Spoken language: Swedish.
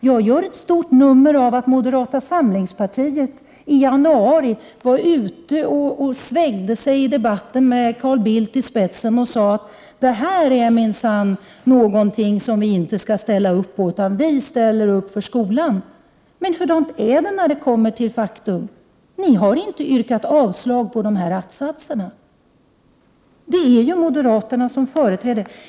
Jag gör ett stort nummer av att moderata samlingspartiet i januari var ute och svängde sig i debatten med Carl Bildt i spetsen och sade: Det här är minsann någonting som vi inte skall ställa upp på, utan vi ställer upp för skolan. Men hur är det när det kommer till faktum? Ni har inte yrkat avslag på att-satserna. Det är ju moderaterna som förespråkar dem.